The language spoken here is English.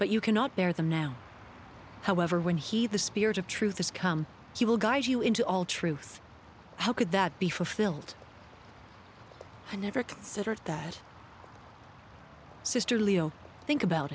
but you cannot bear them now however when he the spirit of truth has come he will guide you into all truth how could that be fulfilled i never considered that sisterly oh think about